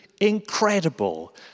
incredible